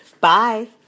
Bye